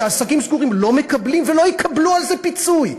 שעסקים סגורים לא מקבלים ולא יקבלו על זה פיצוי,